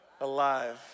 Alive